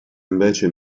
invece